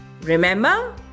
Remember